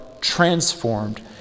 transformed